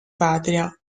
patria